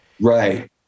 right